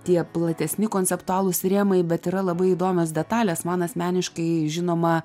tie platesni konceptualūs rėmai bet yra labai įdomios detalės man asmeniškai žinoma